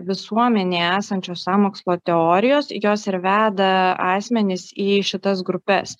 visuomenėje esančios sąmokslo teorijos jos ir veda asmenis į šitas grupes